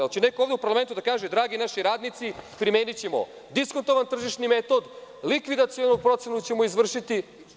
Hoće li neko ovde u parlamentu da kaže – dragi naši radnici, primenićemo diskontovan tržišni metod, likvidacionu procenu ćemo izvršiti?